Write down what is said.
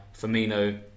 Firmino